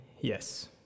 Yes